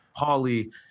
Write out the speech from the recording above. Pauly